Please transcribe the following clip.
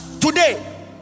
Today